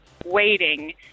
waiting